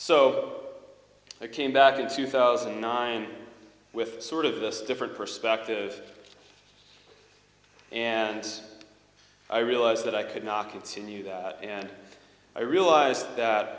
so i came back in two thousand and nine with sort of this different perspective and i realized that i could not continue that and i realized that